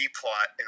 plot